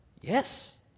Yes